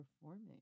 performing